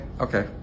okay